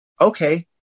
okay